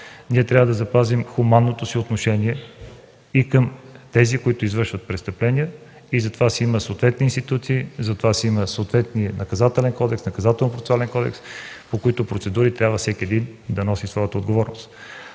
ние трябва да запазим хуманното си отношение и към тези, които извършват престъпления. За това си има съответни институции, има си съответния Наказателно-процесуален кодекс, по чиито процедури всеки един трябва да носи своята отговорност.